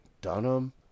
Dunham